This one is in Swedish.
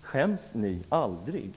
Skäms ni aldrig?